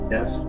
Yes